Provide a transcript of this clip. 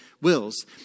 wills